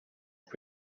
and